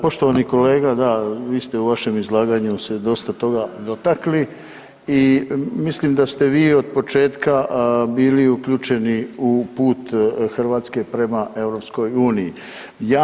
Poštovani kolega da vi ste u vašem izlaganju se dosta toga dotakli i mislim da ste vi od početka bili uključeni u put Hrvatske prema Europskoj uniji.